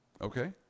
Okay